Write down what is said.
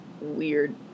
weird